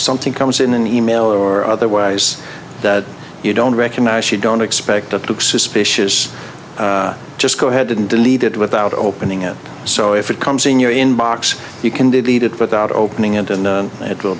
something comes in the mail or otherwise that you don't recognize you don't expect it took suspicious just go ahead and delete it without opening it so if it comes in your inbox you can delete it without opening it and it will